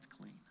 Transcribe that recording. clean